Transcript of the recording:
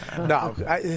No